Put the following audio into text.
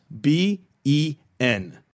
B-E-N